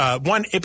one